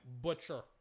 butcher